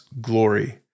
glory